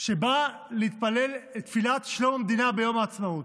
שבא להתפלל תפילה לשלום המדינה ביום העצמאות.